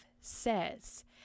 says